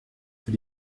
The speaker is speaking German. für